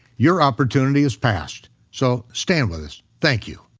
your opportunity is passed. so stand with us, thank you.